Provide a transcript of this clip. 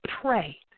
pray